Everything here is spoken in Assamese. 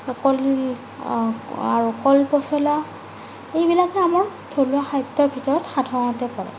কলডিল আৰু কল পছলা এইবিলাকে আমাৰ থলুৱা খাদ্যৰ ভিতৰত সাধাৰণতে পৰে